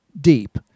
deep